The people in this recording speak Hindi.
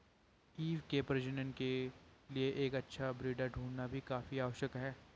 ईव के प्रजनन के लिए एक अच्छा ब्रीडर ढूंढ़ना भी काफी आवश्यक है